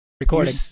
Recording